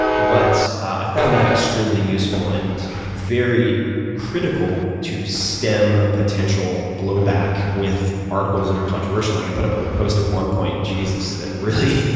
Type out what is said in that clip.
but, i found that extremely useful and very critical to stem potential blow back with articles that are controversial. like, i put up a post at one point jesus, that really,